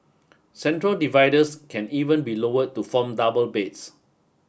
central dividers can even be lowered to form double beds